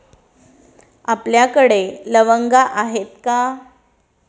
आपल्याकडे लवंगा आहेत का?